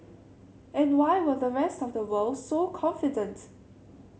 and why were the rest of the world so confident